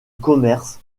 commerce